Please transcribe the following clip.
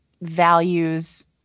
values